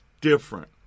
different